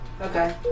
Okay